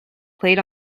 played